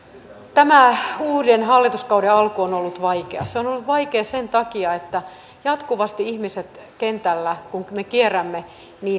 tämä uuden hallituskauden alku on ollut vaikea se on ollut vaikea sen takia että jatkuvasti ihmiset kentällä kun me kierrämme